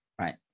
right